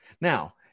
Now